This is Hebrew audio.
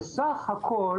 לצערנו,